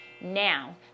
now